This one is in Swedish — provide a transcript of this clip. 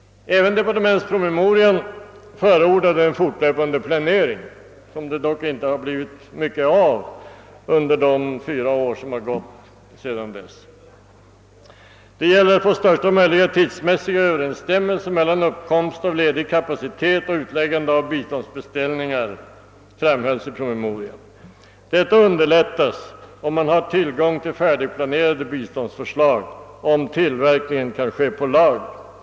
Även departementspromemorian förordade en fortlöpande planering, som det dock inte blivit mycket av under de fyra år som gått sedan dess. Det gäller att få största möjliga tidsmässiga överensstämmelse mellan uppkomst av ledig kapacitet och utläggande av biståndsbeställningar, framhölls det i promemorian. Detta underlättas om man har tillgång till färdigplanerade biståndsförslag och om tillverkningen kan ske så att produkterna hålls i lager.